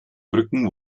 brücken